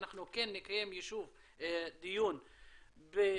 אנחנו כן נקיים דיון בנגב,